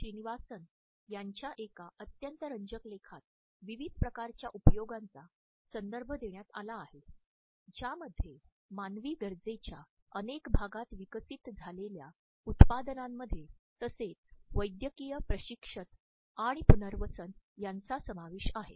श्रीनिवासन यांच्या एका अत्यंत रंजक लेखात विविध प्रकारच्या उपयोगांचा संदर्भ देण्यात आला आहे ज्यामध्ये मानवी गरजेच्या अनेक भागात विकसित झालेल्या उत्पादनांमध्ये तसेच वैद्यकीय प्रशिक्षक आणि पुनर्वसन यांचा समावेश आहे